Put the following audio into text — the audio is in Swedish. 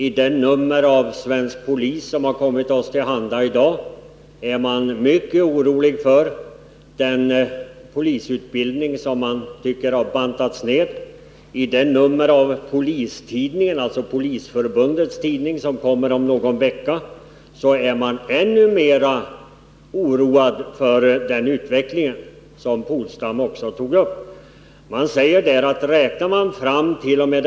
I det nummer av Svensk Polis som har kommit oss till handa i dag är man mycket orolig för den polisutbildning som man tycker har bantats ned. I det nummer av Polistidningen, alltså Polisförbundets tidning, som kommer om någon vecka, är man ännu mera oroad för den utveckling som Åke Polstam också berörde. Man säger där att räknar man fram tt.o.m.